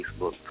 Facebook